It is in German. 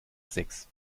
sechs